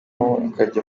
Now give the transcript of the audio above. ukajya